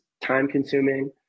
time-consuming